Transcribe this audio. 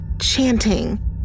chanting